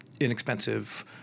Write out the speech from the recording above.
inexpensive